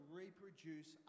reproduce